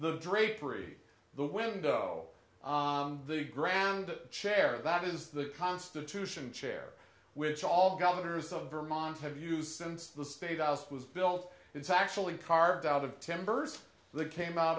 the drapery the window the ground the chair that is the constitution chair which all governors of vermont have used since the state house was built it's actually carved out of timbers the came out